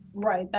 right,